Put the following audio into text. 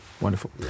Wonderful